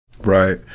Right